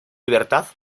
libertad